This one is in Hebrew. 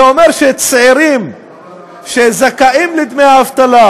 זה אומר שצעירים שזכאים לדמי אבטלה,